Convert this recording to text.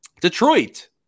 Detroit